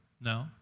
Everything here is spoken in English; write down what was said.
No